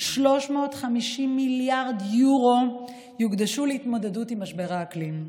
350 מיליארד אירו יוקדשו להתמודדות עם משבר האקלים.